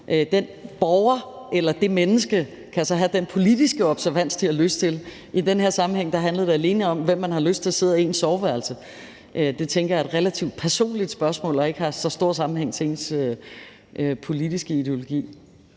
Den borger eller det menneske kan så have den politiske observans, de har lyst til. I den her sammenhæng handlede det alene om, hvem man har lyst til at have siddende i ens soveværelse. Det tænker jeg er et relativt personligt spørgsmål, der ikke har så stor sammenhæng med ens politiske ideologi.